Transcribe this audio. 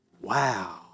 Wow